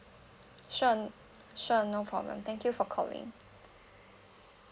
sure sure no problem thank you for calling